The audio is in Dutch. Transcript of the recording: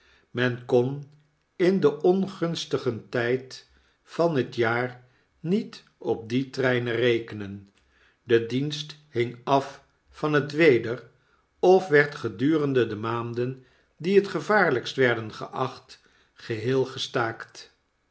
men kon in den ongunstigsten tyd van het jaar niet op die treinen rekenen de dienst hing afvan het weder of werd gedurende de maanden die het gevaarlykst werdengeacht geheel gestaakt